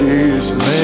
Jesus